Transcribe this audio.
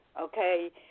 Okay